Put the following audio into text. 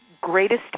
greatest